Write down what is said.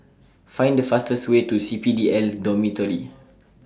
Find The fastest Way to C P D L Dormitory